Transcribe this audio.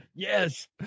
Yes